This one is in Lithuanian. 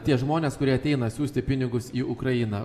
tie žmonės kurie ateina siųsti pinigus į ukrainą